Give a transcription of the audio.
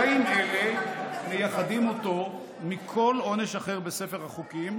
קשיים אלה מייחדים אותו מכל עונש אחר בספר החוקים,